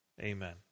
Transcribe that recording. Amen